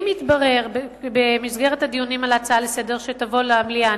אם יתברר במסגרת הדיונים על ההצעה לסדר-היום שתבוא למליאה,